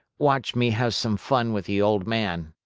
watch me have some fun with the old man.